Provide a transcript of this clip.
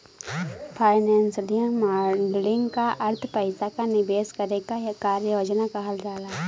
financial modelling क अर्थ पइसा क निवेश करे क कार्य योजना कहल जाला